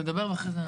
טוב, תדבר ואחרי זה.